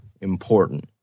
important